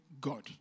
God